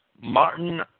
Martin